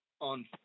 on